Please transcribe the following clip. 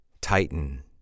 Titan